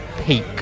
peak